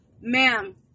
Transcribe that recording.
Ma'am